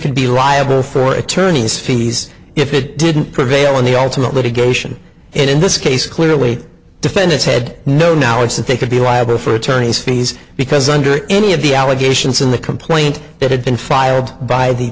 could be liable for attorney's fees if it didn't prevail in the ultimate litigation and in this case clearly defendant's head no now it's that they could be liable for attorney's fees because under any of the allegations in the complaint that had been fired by the